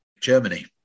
Germany